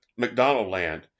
McDonaldland